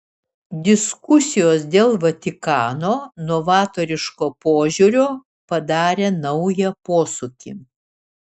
diskusijos dėl vatikano novatoriško požiūrio padarė naują posūkį